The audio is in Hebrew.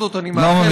ובכל זאת אני מאחל,